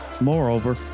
Moreover